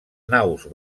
naus